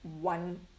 one